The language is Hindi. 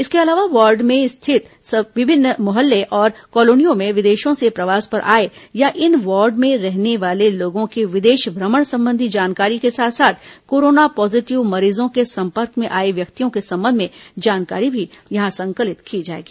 इसके अलावा वार्ड में स्थित विभिन्न मोहल्ले अथवा कॉलोनियों में विदेशों से प्रवास पर आए या इन वार्ड में रहने वाले लोगों के विदेश भ्रमण संबंधी जानकारी के साथ साथ कोरोना पॉजीटिव मरीजों के संपर्क में आए व्यक्तियों के संबंध में जानकारी भी यहां संकलित की जाएगी